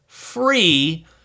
free